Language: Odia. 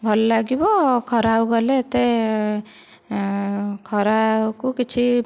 ଭଲ ଲାଗିବ ଖରାକୁ ଗଲେ ଏତେ ଖରାକୁ କିଛି